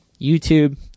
YouTube